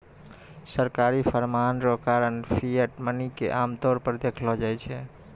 सरकारी फरमान रो कारण फिएट मनी के आमतौर पर देखलो जाय छै